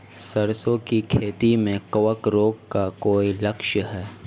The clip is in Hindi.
सरसों की खेती में कवक रोग का कोई लक्षण है?